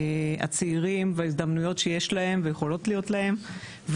הצעירים וההזדמנויות שיש להם ויכולות להיות להם,